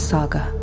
Saga